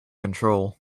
control